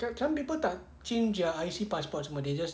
like some people tak change their I_C passport semua they just